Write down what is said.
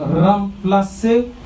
remplacer